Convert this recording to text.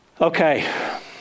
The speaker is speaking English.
Okay